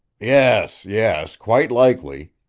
yes, yes quite likely,